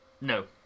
No